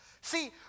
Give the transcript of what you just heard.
See